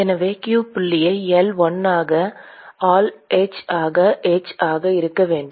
எனவே க்யூ புள்ளியை எல் 1 ஆக ஆல் எச் ஆக எச் ஆக இருக்க வேண்டும்